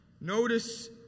Notice